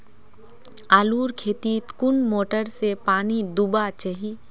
आलूर खेतीत कुन मोटर से पानी दुबा चही?